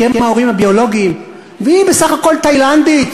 כי הם ההורים הביולוגיים והיא בסך הכול תאילנדית.